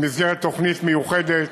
במסגרת תוכנית מיוחדת,